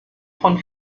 von